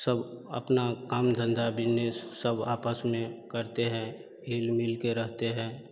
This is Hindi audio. सब अपना काम धंधा बिजनेस सब आपस में करते हैं हिल मिल के रहते हैं